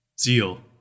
Zeal